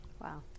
Wow